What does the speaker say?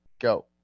go